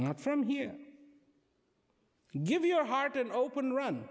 not from here give your heart an open run